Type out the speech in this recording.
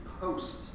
post